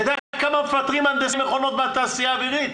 אתה יודע כמה מפטרים הנדסאי מוכנות בתעשייה האווירית?